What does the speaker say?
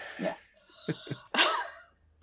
Yes